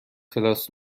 کلاس